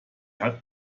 hat